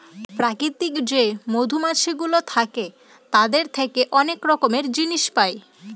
প্রাকৃতিক যে মধুমাছিগুলো থাকে তাদের থেকে অনেক রকমের জিনিস পায়